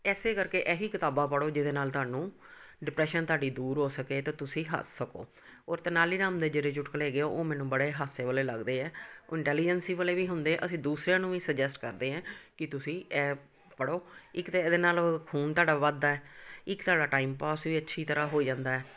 ਇਸੇ ਕਰਕੇ ਇਹੀ ਕਿਤਾਬਾਂ ਪੜ੍ਹੋ ਜਿਹਦੇ ਨਾਲ ਤੁਹਾਨੂੰ ਡਿਪਰੈਸ਼ਨ ਤੁਹਾਡੀ ਦੂਰ ਹੋ ਸਕੇ ਅਤੇ ਤੁਸੀਂ ਹੱਸ ਸਕੋ ਔਰ ਅਤੇ ਨਾਲ ਹੀ ਨਾ ਹੁੰਦੇ ਜਿਹੜੇ ਚੁਟਕਲੇ ਹੈਗੇ ਉਹ ਮੈਨੂੰ ਬੜੇ ਹਾਸੇ ਵਾਲੇ ਲੱਗਦੇ ਹੈ ਉਹ ਇੰਟੈਲੀਜੈਂਸੀ ਵਾਲੇ ਵੀ ਹੁੰਦੇ ਅਸੀਂ ਦੂਸਰਿਆਂ ਨੂੰ ਵੀ ਸੂਜੈਸਟ ਕਰਦੇ ਹੈ ਕਿ ਤੁਸੀਂ ਇਹ ਪੜ੍ਹੋ ਇੱਕ ਤਾਂ ਇਹਦੇ ਨਾਲ ਓ ਖੂਨ ਤੁਹਾਡਾ ਵੱਧਦਾ ਹੈ ਇੱਕ ਤੁਹਾਡਾ ਟਾਈਮ ਪਾਸ ਵੀ ਅੱਛੀ ਤਰ੍ਹਾਂ ਹੋ ਜਾਂਦਾ ਹੈ